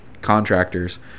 contractors